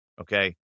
Okay